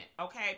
okay